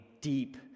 deep